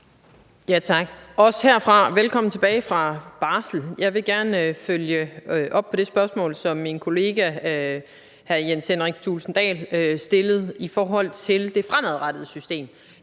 velkommen tilbage fra barsel. Jeg vil gerne følge op på det spørgsmål, som min kollega hr. Jens Henrik Thulesen Dahl stillede, om det system,